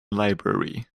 library